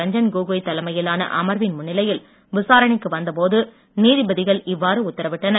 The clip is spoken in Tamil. ரஞ்கன் கோகோய் தலைமையிலான அமர்வின் முன்னிலையில் விசாரணைக்கு வந்தபோது நீதிபதிகள் இவ்வாறு உத்தரவிட்டனர்